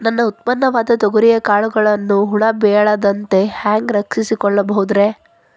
ನನ್ನ ಉತ್ಪನ್ನವಾದ ತೊಗರಿಯ ಕಾಳುಗಳನ್ನ ಹುಳ ಬೇಳದಂತೆ ಹ್ಯಾಂಗ ರಕ್ಷಿಸಿಕೊಳ್ಳಬಹುದರೇ?